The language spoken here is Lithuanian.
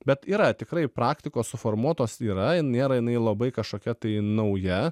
bet yra tikrai praktikos suformuotos yra nėra jinai labai kažkokia tai nauja